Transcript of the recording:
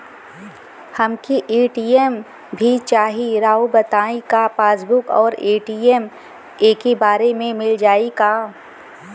हमके ए.टी.एम भी चाही राउर बताई का पासबुक और ए.टी.एम एके बार में मील जाई का?